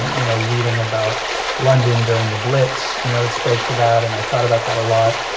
you know, reading about london during the blitz, you know, it spoke to that, and i thought about that a lot.